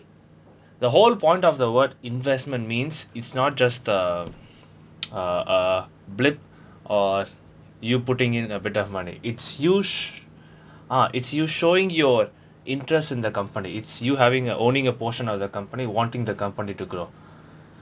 the whole point of the what investment means it's not just a a a blip or you putting in a bit of money it's you sh~ ah it's you showing your interest in the company it's you having a owning a portion of their company wanting the company to grow